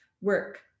work